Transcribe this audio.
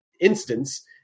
instance